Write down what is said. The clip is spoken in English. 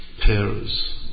pairs